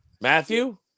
Matthew